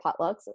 potlucks